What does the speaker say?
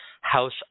House